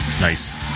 Nice